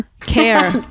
care